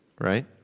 right